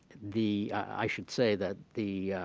the i should say that the